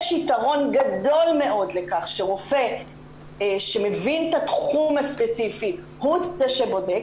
יש יתרון גדול מאוד לכך שרופא שמבין את התחום הספציפי הוא זה שבודק,